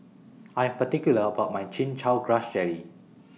I Am particular about My Chin Chow Grass Jelly